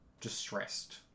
distressed